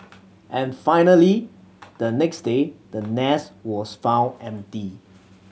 and finally the next day the nest was found empty